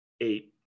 eight